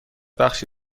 بخشی